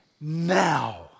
now